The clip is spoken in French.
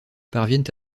parviennent